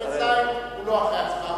88(ז) הוא לא אחרי הצבעה,